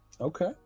Okay